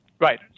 Right